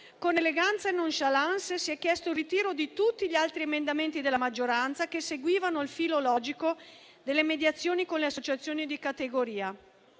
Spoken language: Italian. Con eleganza e *nonchalance* si è chiesto il ritiro di tutti gli altri emendamenti della maggioranza che seguivano il filo logico delle mediazioni con le associazioni di categoria.